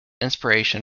inspiration